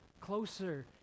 closer